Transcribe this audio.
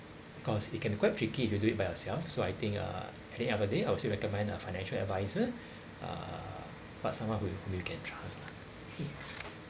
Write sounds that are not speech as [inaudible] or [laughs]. because it can be quite tricky if you do it by yourself so I think uh okay an other day I would still recommend uh financial adviser uh but someone who who you can trust lah [laughs]